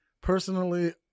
Personally